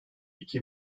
iki